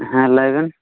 ᱦᱮᱸ ᱞᱟᱹᱭᱵᱮᱱ